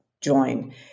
join